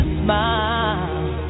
smile